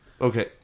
Okay